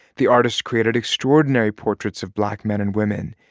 the artist created extraordinary portraits of black men and women,